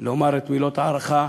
לומר את מילות ההערכה,